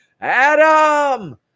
Adam